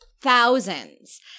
thousands